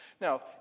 Now